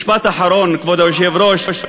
משפט אחרון, כבוד היושב-ראש.